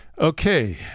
Okay